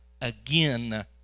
again